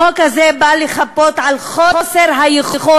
החוק הזה בא לחפות על חוסר היכולת,